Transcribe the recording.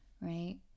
right